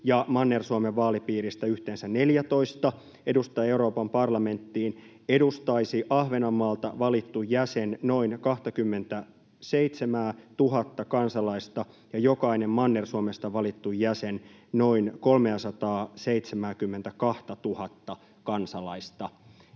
Manner-Suomen vaalipiiristä yhteensä 14 edustajaa Euroopan parlamenttiin, edustaisi Ahvenanmaalta valittu jäsen noin 27 000:ta kansalaista ja jokainen Manner-Suomesta valittu jäsen noin 372 000:ta kansalaista.